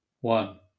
One